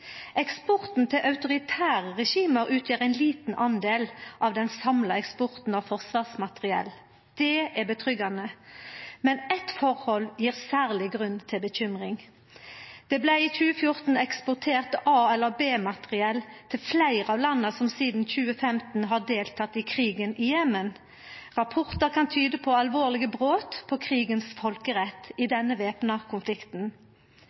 Eksporten til autoritære regime utgjer ein liten del av den samla eksporten av forsvarsmateriell. Det er godt å vite. Men eitt forhold gjev særleg grunn til bekymring: Det blei i 2014 eksportert A- eller B-materiell til fleire av landa som sidan 2015 har delteke i krigen i Jemen. Rapportar kan tyda på alvorlege brot på krigsfolkeretten i denne væpna konflikten.